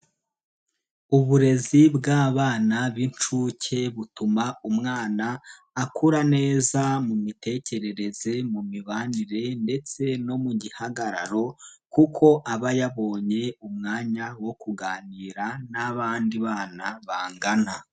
Uburezi bw'abana b'inshuke butuma umwana akura neza mu mitekerereze, mu mibanire ndetse no mu gihagararo kuko aba yabonye umwanya wo kuganira n'abandi bana bangana.